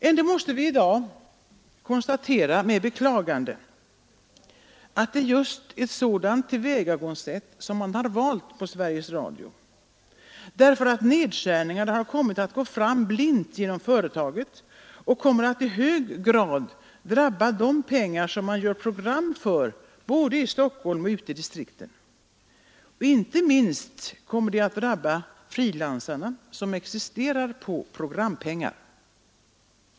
Ändå måste vi i dag konstatera med beklagande, att det är just ett sådant tillvägagångssätt som man har valt på Sveriges Radio. Nedskärningarna har nämligen gått fram blint genom företaget, och det kommer att i hög grad drabba de pengar som man gör program för både i Stockholm och ute i distrikten. Inte minst kommer detta att drabba frilansarna, som existerar på programpengar.